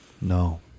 No